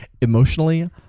Emotionally